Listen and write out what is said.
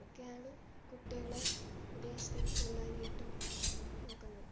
അതൊക്കെയാണ് കുട്ടികളെ വിദേശത്തേക്കു കൊണ്ടുപോകാനായിട്ടു നോക്കുന്നത്